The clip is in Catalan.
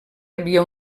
havia